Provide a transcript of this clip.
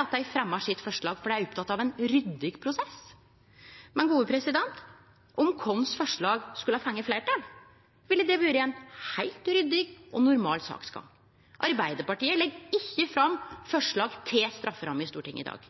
at dei fremjar sitt forslag fordi dei er opptekne av ein ryddig prosess. Men om vårt forslag skulle fått fleirtal, ville det vore ein heilt ryddig og normal saksgang. Arbeidarpartiet legg ikkje fram forslag til strafferamme i Stortinget i dag.